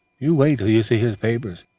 you wait till you see his papers!